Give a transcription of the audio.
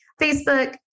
Facebook